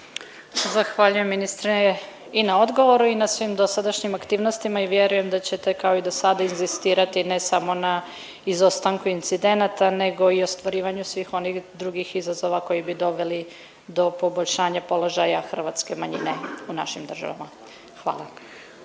Zahvaljujem ministre i na odgovoru i na svim dosadašnjim aktivnostima i vjerujem da ćete kao i do sada inzistirati ne samo na izostanku incidenata, nego i ostvarivanju svih onih drugih izazova koji bi doveli do poboljšanja hrvatske manjine u našim državama. Hvala.